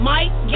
Mike